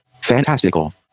Fantastical